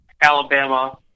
Alabama